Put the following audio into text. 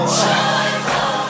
Joyful